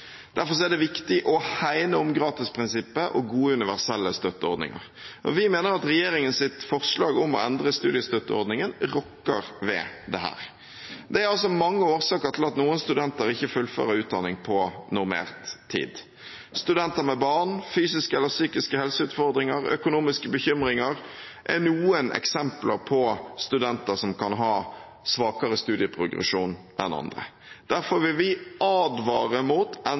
Derfor er det viktig å hegne om gratisprinsippet og gode universelle støtteordninger. Vi mener at regjeringens forslag om å endre studiestøtteordningen rokker ved dette. Det er mange årsaker til at noen studenter ikke fullfører utdanning på normert tid. Studenter som har barn, som har fysiske eller psykiske helseutfordringer, eller som har økonomiske bekymringer, er noen eksempler på studenter som kan ha svakere studieprogresjon enn andre. Derfor vil vi advare mot